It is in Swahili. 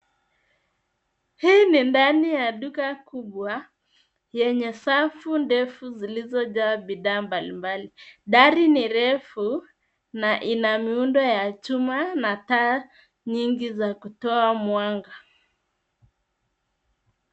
Hii ni ndani ya duka kubwa yenye Safu ndefu zilizojaa bidhaa mbalimbali. Dari ni refu na ina miundo ya chuma na taa nyingi za kutoa mwanga.